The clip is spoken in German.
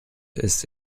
ist